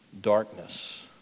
darkness